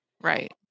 Right